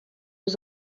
was